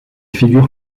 figure